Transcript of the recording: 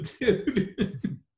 dude